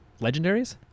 legendaries